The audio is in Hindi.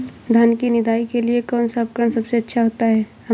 धान की निदाई के लिए कौन सा उपकरण सबसे अच्छा होता है?